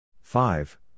five